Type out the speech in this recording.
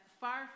far